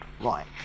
Right